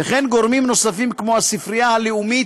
וכן גורמים נוספים כמו הספרייה הלאומית,